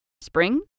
Spring